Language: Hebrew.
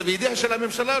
זה בידיה של הממשלה,